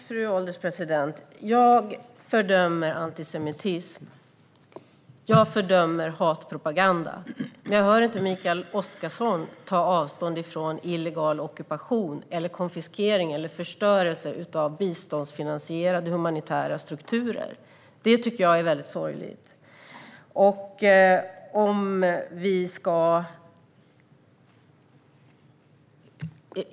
Fru ålderspresident! Jag fördömer antisemitism och hatpropaganda. Men jag hör inte Mikael Oscarsson ta avstånd från illegal ockupation, konfiskering eller förstörelse av biståndsfinansierade humanitära strukturer. Det tycker jag är väldigt sorgligt.